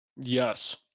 Yes